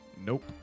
Nope